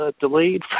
delayed